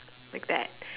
like that